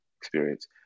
experience